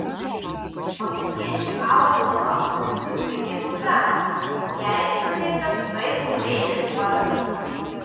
olimpiečiui aurimui lankui gimė dukra jai suteiktas graikų deivės vardas